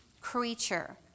creature